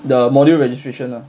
the module registration ah